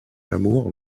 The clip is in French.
amour